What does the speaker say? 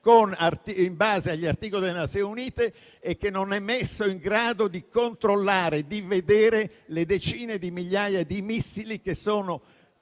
in base alle disposizioni delle Nazioni Unite non è messo in grado di controllare e di vedere le decine di migliaia di missili che sono